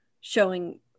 showing